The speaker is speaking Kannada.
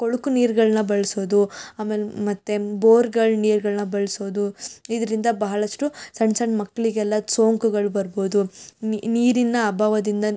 ಕೊಳಕು ನೀರುಗಳ್ನ ಬಳಸೋದು ಆಮೇಲೆ ಮತ್ತು ಬೋರುಗಳ ನೀರುಗಳ್ನ ಬಳಸೋದು ಇದರಿಂದ ಬಹಳಷ್ಟು ಸಣ್ಣ ಸಣ್ಣ ಮಕ್ಕಳಿಗೆಲ್ಲ ಸೋಂಕುಗಳು ಬರ್ಬೋದು ನೀರಿನ ಅಭಾವದಿಂದ